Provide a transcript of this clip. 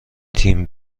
تیم